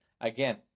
again